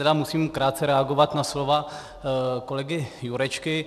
Já tedy musím krátce reagovat na slova kolegy Jurečky.